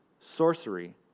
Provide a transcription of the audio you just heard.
sorcery